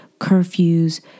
Curfews